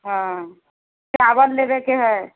हँ चावल लेबयके है